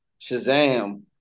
Shazam